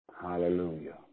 Hallelujah